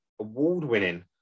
award-winning